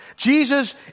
Jesus